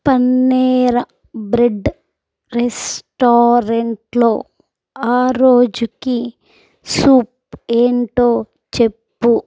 పన్నీర bread రెస్టారెంట్లో ఆ రోజుకి సూప్ ఏంటో చెప్పుము